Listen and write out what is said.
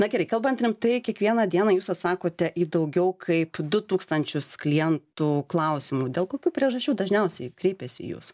na gerai kalbant rimtai kiekvieną dieną jūs atsakote į daugiau kaip du tūkstančius klientų klausimų dėl kokių priežasčių dažniausiai kreipiasi į jus